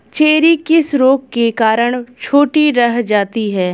Cherry किस रोग के कारण छोटी रह जाती है?